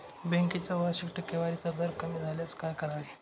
बँकेचा वार्षिक टक्केवारीचा दर कमी झाल्यास काय करावे?